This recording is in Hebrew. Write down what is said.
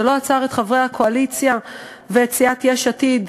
זה לא עצר את חברי הקואליציה ואת סיעת יש עתיד,